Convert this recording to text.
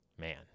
Man